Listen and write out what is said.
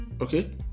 Okay